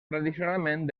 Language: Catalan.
tradicionalment